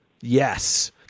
yes